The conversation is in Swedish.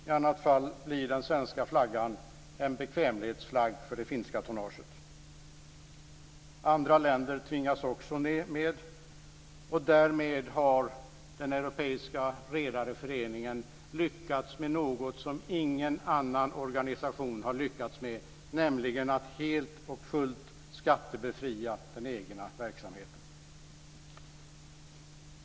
I annat fall blir den svenska flaggan en bekvämlighetsflagg för det finska tonnaget. Andra länder tvingas också med, och därmed har den europeiska redareföreningen lyckats med något som ingen annan organisation har lyckats med - nämligen att helt och fullt skattebefria den egna verksamheten.